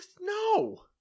No